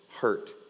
hurt